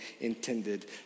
intended